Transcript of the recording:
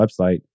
website